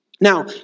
Now